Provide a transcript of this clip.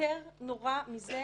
יותר נורא מזה